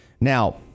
Now